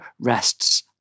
rests